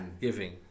giving